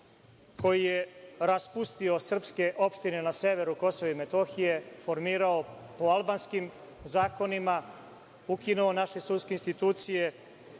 koji je raspustio srpske opštine na severu KiM, formirao po albanskim zakonima, ukinuo naše sudske institucije,